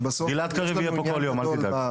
גלעד קריב יהיה פה כל יום, אל תדאג.